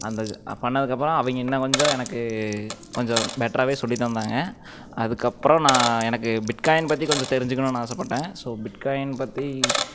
அந்த பண்ணதுக்கப்புறம் அவங்க இன்னும் கொஞ்சம் எனக்கு கொஞ்சம் பெட்டராகவே சொல்லி தந்தாங்க அதுக்கப்புறம் நான் எனக்கு பிட் காயின் பற்றி கொஞ்சம் தெரிஞ்சுக்கணுன்னு ஆசைபட்டேன் ஸோ பிட் காயின் பற்றி